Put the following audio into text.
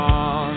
on